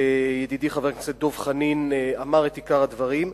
וידידי חבר הכנסת דב חנין אמר את עיקר הדברים.